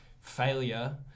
failure